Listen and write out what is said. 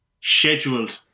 Scheduled